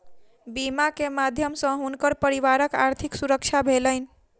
बीमा के माध्यम सॅ हुनकर परिवारक आर्थिक सुरक्षा भेलैन